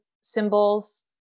symbols